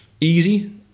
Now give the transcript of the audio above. easy